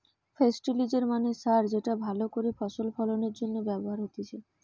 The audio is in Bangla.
ফেস্টিলিজের মানে সার যেটা ভালো করে ফসল ফলনের জন্য ব্যবহার হতিছে